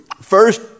First